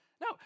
no